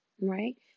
Right